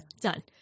done